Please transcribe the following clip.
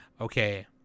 okay